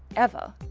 ever.